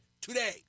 Today